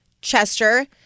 Chester